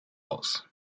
aus